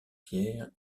pierre